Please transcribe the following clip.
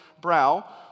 brow